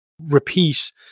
repeat